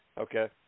okay